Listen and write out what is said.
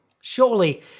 Surely